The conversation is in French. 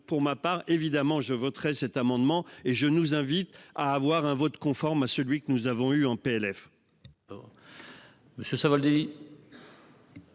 pour ma part évidemment je voterai cet amendement et je nous invite à avoir un vote conforme à celui que nous avons eu en PLF.